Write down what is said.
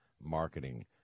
Marketing